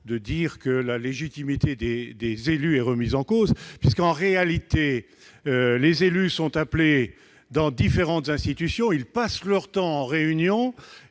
de dire que la légitimité des élus est remise en cause, puisqu'en réalité les élus sont appelés dans différentes institutions, mais ils passent leur temps en réunion